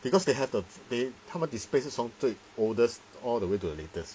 because they have the they 他们 display 是从 oldest all the way to the latest